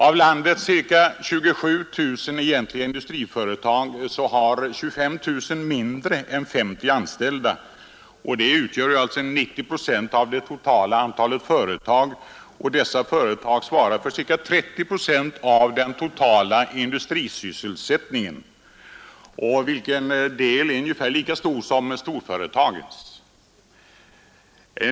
Av landets cirka 27 000 egentliga industriföretag har 25 000 mindre än 50 anställda, vilket utgör 90 procent av det totala antalet företag, och dessa företag svarar för ca 30 procent av den totala industrisysselsättningen, Denna del är ungefär lika stor som storföretagens.